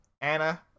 Anna